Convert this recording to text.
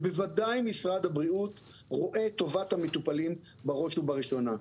ובוודאי משרד הבריאות רואה את טובת המטופלים בראש ובראשונה.